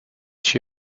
she